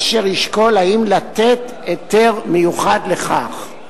אשר ישקול האם לתת היתר מיוחד לכך".